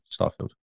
Starfield